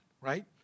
right